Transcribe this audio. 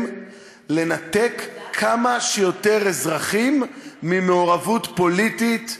לנתק כמה שיותר אזרחים ממעורבות פוליטית,